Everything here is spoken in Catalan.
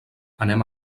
anem